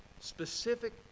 specific